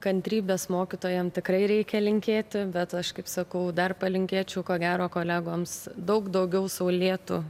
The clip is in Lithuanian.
kantrybės mokytojam tikrai reikia linkėti bet aš kaip sakau dar palinkėčiau ko gero kolegoms daug daugiau saulėtų